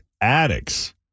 addicts